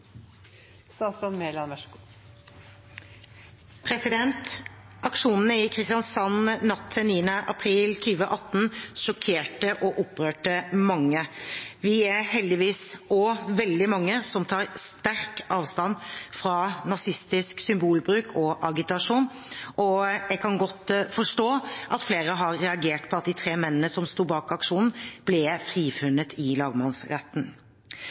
heldigvis veldig mange som tar sterk avstand fra nazistisk symbolbruk og agitasjon, og jeg kan godt forstå at flere har reagert på at de tre mennene som sto bak aksjonen, ble frifunnet i lagmannsretten.